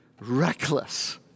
Reckless